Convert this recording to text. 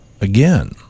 again